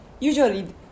usually